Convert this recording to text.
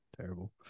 Terrible